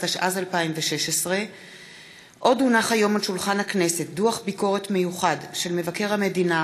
התשע"ז 2016. דוח ביקורת מיוחד של מבקר המדינה